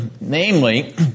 namely